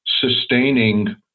sustaining